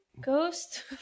ghost